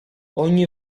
ogni